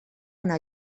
una